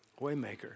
Waymaker